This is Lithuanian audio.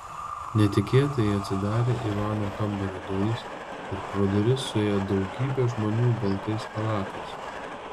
netikėtai atsidarė ivano kambario durys ir pro duris suėjo daugybė žmonių baltais chalatais